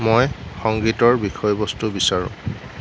মই সংগীতৰ বিষয়বস্তু বিচাৰোঁ